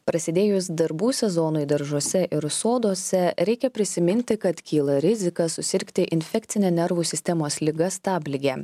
prasidėjus darbų sezonui daržuose ir soduose reikia prisiminti kad kyla rizika susirgti infekcine nervų sistemos liga stablige